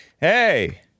Hey